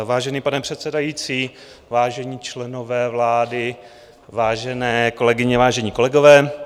Vážený pane předsedající, vážení členové vlády, vážené kolegyně, vážení kolegové.